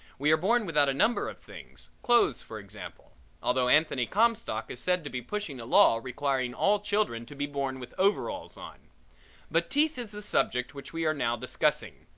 we are born without a number of things clothes for example although anthony comstock is said to be pushing a law requiring all children to be born with overalls on but teeth is the subject which we are now discussing.